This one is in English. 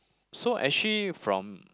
so actually from